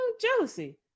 jealousy